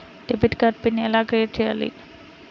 Debit card PIN ఎలా create చెయ్యాలి?